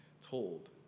told